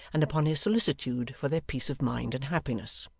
and upon his solicitude for their peace of mind and happiness.